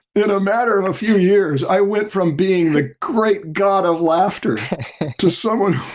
in a matter of a few years, i went from being the great god of laughter to someone